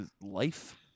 Life